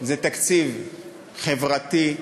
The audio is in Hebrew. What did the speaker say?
זה תקציב חברתי,